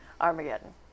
Armageddon